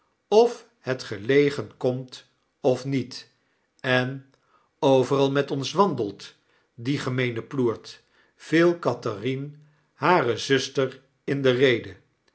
of het gelegen komt of niet en overal met ons wandelt die gemeene ploert viel catherine hare zuster in de rede